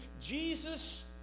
Jesus